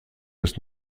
des